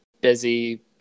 busy